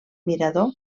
mirador